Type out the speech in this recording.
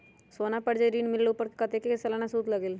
सोना पर जे ऋन मिलेलु ओपर कतेक के सालाना सुद लगेल?